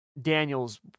Daniels